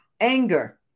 anger